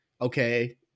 Okay